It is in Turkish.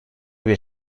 bir